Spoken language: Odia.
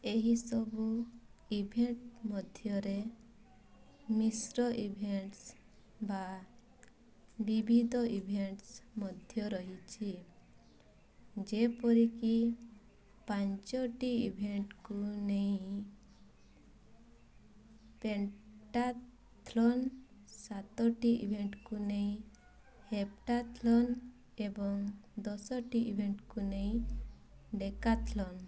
ଏହିସବୁ ଇଭେଣ୍ଟ ମଧ୍ୟରେ ମିଶ୍ର ଇଭେଣ୍ଟସ୍ ବା ବିବିଧ ଇଭେଣ୍ଟସ୍ ମଧ୍ୟ ରହିଛି ଯେପରିକି ପାଞ୍ଚଟି ଇଭେଣ୍ଟକୁ ନେଇ ପେଣ୍ଟାଥ୍ଲନ୍ ସାତଟି ଇଭେଣ୍ଟକୁ ନେଇ ହେପ୍ଟାଥ୍ଲନ୍ ଏବଂ ଦଶଟି ଇଭେଣ୍ଟକୁ ନେଇ ଡେକାଥ୍ଲନ୍